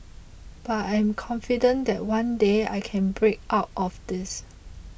but I'm confident that one day I can break out of this